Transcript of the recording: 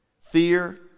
fear